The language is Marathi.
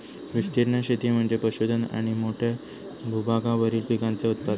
विस्तीर्ण शेती म्हणजे पशुधन आणि मोठ्या भूभागावरील पिकांचे उत्पादन